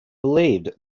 believed